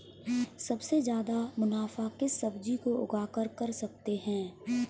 सबसे ज्यादा मुनाफा किस सब्जी को उगाकर कर सकते हैं?